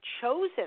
chosen